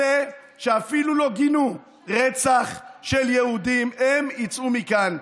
אלה שאפילו לא גינו רצח של יהודים, הם יצאו מכאן.